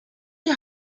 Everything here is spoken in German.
die